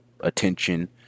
attention